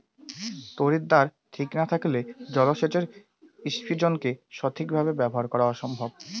তড়িৎদ্বার ঠিক না থাকলে জল সেচের ইণ্জিনকে সঠিক ভাবে ব্যবহার করা অসম্ভব